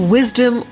Wisdom